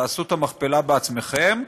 תעשו את המכפלה בעצמכם,